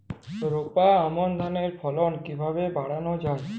রোপা আমন ধানের ফলন কিভাবে বাড়ানো যায়?